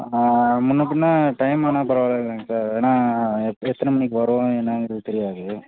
முன்னே பின்னே டைம் ஆனால் பரவாயில்ல இல்லைங்க சார் ஏன்னால் எத் எத்தனை மணிக்கு வரோம் என்னாங்கிறது தெரியாது